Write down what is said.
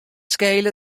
skele